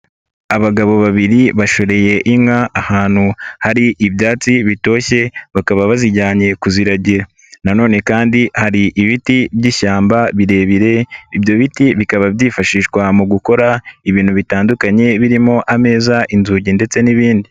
Abagabo babiri bashoreye inka ahantu hari ibyatsi bitoshye bakaba bazijyanye kuziragira nanone kandi hari ibiti by'ishyamba birebire ibyo biti bikaba byifashishwa mu gukora ibintu bitandukanye birimo: ameza, inzugi ndetse n'ibindi.